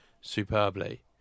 superbly